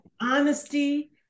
honesty